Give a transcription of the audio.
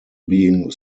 being